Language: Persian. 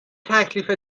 تکلیف